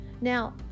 Now